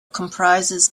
comprises